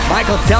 Michael